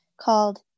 called